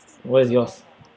what is yours